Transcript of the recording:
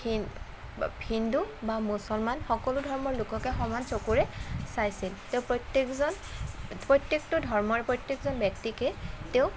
হিন্দু বা মুছলমান সকলো ধৰ্মৰ লোককে সমান চকুৰে চাইছিল তেওঁ প্ৰত্যেকজন প্ৰত্যেকটো ধৰ্মৰ প্ৰত্যেকজন ব্যক্তিকে তেওঁ